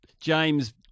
James